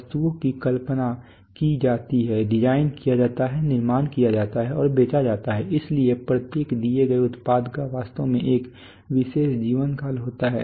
वस्तुओं की कल्पना की जाती है डिजाइन किया जाता है निर्माण किया जाता है और बेचा जाता है इसलिए प्रत्येक दिए गए उत्पाद का वास्तव में एक विशेष जीवनकाल होता है